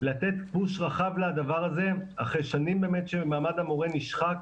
לתת פוש רחב לדבר הזה אחרי שנים באמת שמעמד המורה נשחק